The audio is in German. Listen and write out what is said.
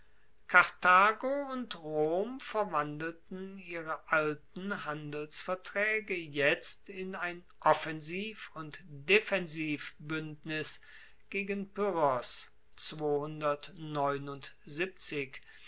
karthago und rom verwandelten ihre alten handelsvertraege jetzt in ein offensiv und defensivbuendnis gegen